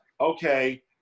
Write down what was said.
okay